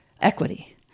equity